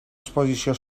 exposició